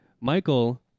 Michael